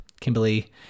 Kimberly